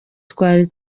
twari